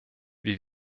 wir